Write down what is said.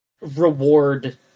reward